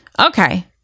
Okay